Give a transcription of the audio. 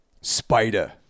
Spider